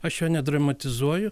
aš jo nedramatizuoju